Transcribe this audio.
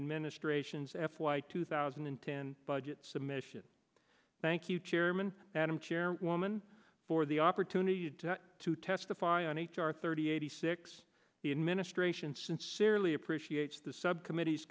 administration's f y two thousand and ten budget submission thank you chairman madam chairwoman for the opportunity to testify on h r thirty six the administration sincerely appreciates the subcommittee